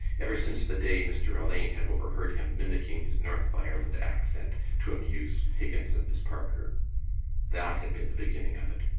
ever since the day mr. alleyne had overheard him mimicking his north of ireland accent to amuse higgins and miss parker that had been the beginning of it.